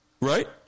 Right